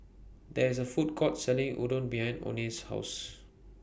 There IS A Food Court Selling Unadon behind Oney's House